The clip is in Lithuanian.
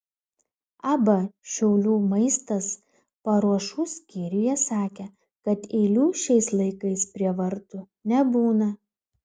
ab šiaulių maistas paruošų skyriuje sakė kad eilių šiais laikais prie vartų nebūna